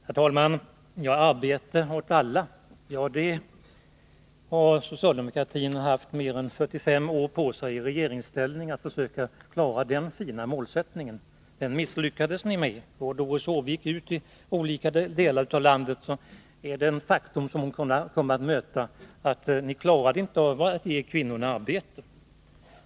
Herr talman! ”Arbete åt alla” är ett fint mål, som socialdemokratin i regeringsställning haft mer än 45 år på sig att försöka förverkliga — men det misslyckades ni med. Om Doris Håvik går ut i olika delar av landet, kommer hon att möta det faktum att socialdemokraterna inte klarade att ge kvinnorna arbete.